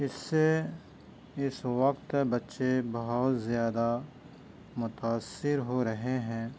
اِس سے اِس وقت بچے بہت زیادہ متاثر ہو رہے ہیں